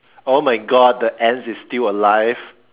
oh my God the ants is still alive